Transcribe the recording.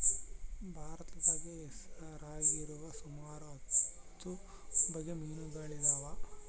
ಭಾರತದಾಗ ಹೆಸರಾಗಿರುವ ಸುಮಾರು ಹತ್ತು ಬಗೆ ಮೀನುಗಳಿದವ